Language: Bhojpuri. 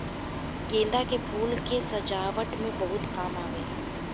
गेंदा के फूल के सजावट में बहुत काम आवेला